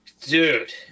dude